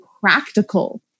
practical